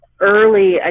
early